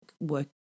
work